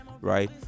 right